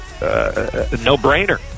no-brainer